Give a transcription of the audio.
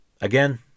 Again